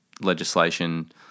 legislation